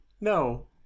No